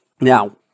Now